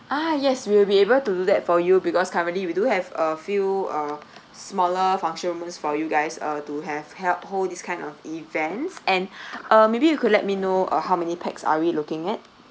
ah yes we will be able to do that for you because currently we do have a few uh smaller function rooms for you guys uh to have held hold these kind of events and uh maybe you could let me know uh how many pax are we looking at